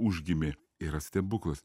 užgimė yra stebuklas